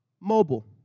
mobile